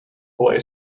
boy